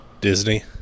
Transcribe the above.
Disney